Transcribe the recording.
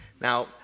Now